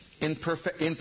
imperfect